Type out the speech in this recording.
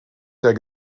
der